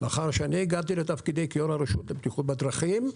לאחר שאני הגעתי לתפקידי כיושב-ראש הרשות לבטיחות בדרכים,